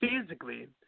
physically